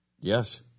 Yes